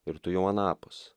ir tu jau anapus